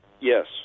Yes